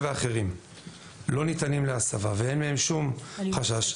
ואחרים שלא ניתנים להסבה ואין מהם שום חשש,